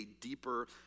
deeper